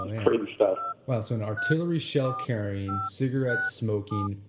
crazy stuff well, so an artillery shell carrying, cigarette smoking,